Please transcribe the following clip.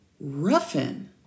Ruffin